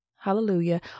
Hallelujah